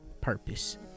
Purpose